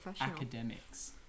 ...academics